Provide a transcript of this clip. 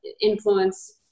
influence